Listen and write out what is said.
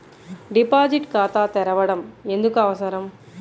Deposit ఖాతా తెరవడం ఎందుకు అవసరం?